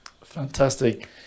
Fantastic